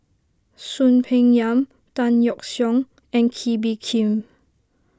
Soon Peng Yam Tan Yeok Seong and Kee Bee Khim